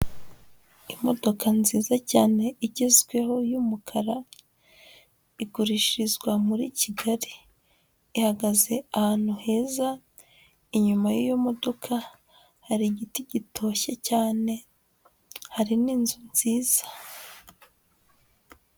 Imodoka nziza cyane igezweho y'umukara, igurishirizwa muri Kigali, ihagaze ahantu heza, inyuma y'iyo modoka hari igiti gitoshye cyane, hari n'inzu nziza.